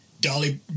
Dolly